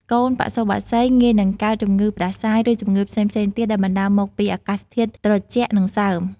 កូនបសុបក្សីងាយនឹងកើតជំងឺផ្តាសាយ ឬជំងឺផ្សេងៗទៀតដែលបណ្តាលមកពីអាកាសធាតុត្រជាក់ និងសើម។